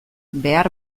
behar